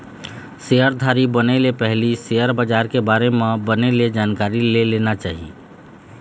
सेयरधारी बने ले पहिली सेयर बजार के बारे म बने ले जानकारी ले लेना चाही